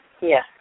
yes